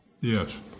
Yes